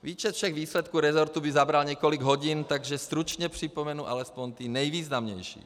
Výčet všech výsledků resortu by zabral několik hodin, takže stručně připomenu alespoň ty nejvýznamnější.